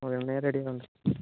okay நேரடியாக வந்து